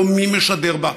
לא מי משדר בה.